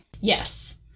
Yes